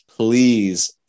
please